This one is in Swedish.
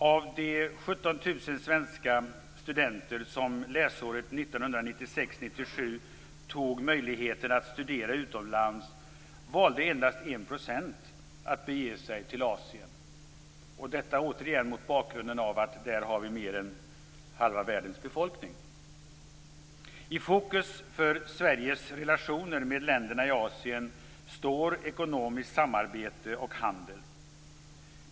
Av de 17 000 svenska studenter som läsåret 1996/97 tog vara på möjligheten att studera utomlands valde endast 1 % att bege sig till Asien. Detta skall återigen ses mot bakgrund av att vi där har mer än halva världens befolkning. I fokus för Sveriges relationer med länderna i Asien står ekonomiskt samarbete och handel.